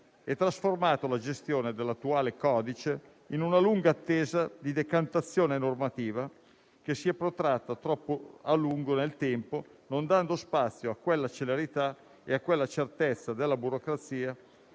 e trasformato la gestione dell'attuale codice in una lunga attesa di decantazione normativa, che si è protratta troppo a lungo nel tempo, non dando spazio a quella celerità e a quella certezza della burocrazia